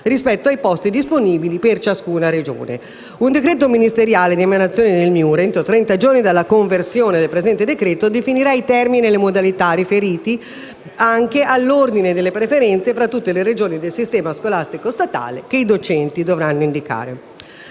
rispetto ai posti disponibili per ciascuna Regione. Un decreto ministeriale di emanazione del MIUR entro trenta giorni dalla conversione del presente decreto-legge definirà i termini e le modalità riferibili anche all'ordine di preferenza tra tutte le Regioni del sistema scolastico statale che i docenti dovranno indicare.